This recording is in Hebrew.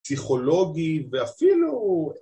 פסיכולוגי ואפילו